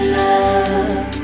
love